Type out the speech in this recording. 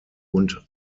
und